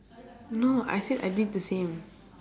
no I said I did the same